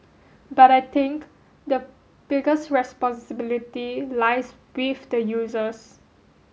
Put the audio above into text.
but I think the biggest responsibility lies with the users